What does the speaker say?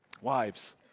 Wives